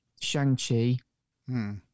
Shang-Chi